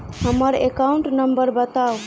हम्मर account number बताऊ?